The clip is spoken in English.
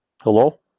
Hello